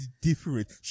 different